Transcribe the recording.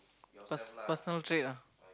pers~ personal trait ah